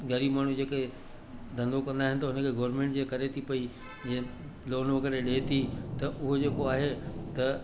ग़रीबु माण्हू जेके धंधो कंदा आहिनि त हुनखे गौरमेंट जीअं करे थी पई जीअं लोन वग़ैरह ॾिए थी त उहो जेको आहे त